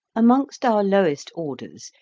amongst our lowest orders,